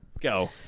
Go